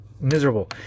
miserable